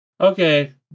Okay